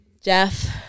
Jeff